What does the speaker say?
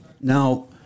now